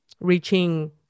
reaching